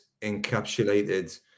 encapsulated